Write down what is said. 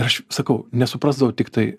ir aš sakau nesuprasdavau tiktai